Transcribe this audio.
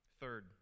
Third